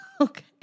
Okay